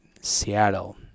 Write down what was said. Seattle